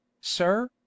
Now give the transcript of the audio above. sir